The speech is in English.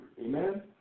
Amen